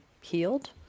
healed